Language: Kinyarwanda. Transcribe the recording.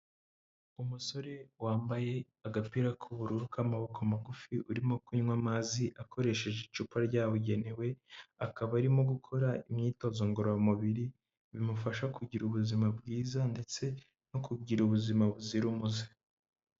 Umusore wambaye agapira k'ubururu k'amaboko magufi, urimo kunywa amazi akoresheje icupa ryabugenewe, akaba arimo gukora imyitozo ngororamubiri, bimufasha kugira ubuzima bwiza ndetse no kugira ubuzima buzira umuze.